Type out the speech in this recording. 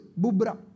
bubra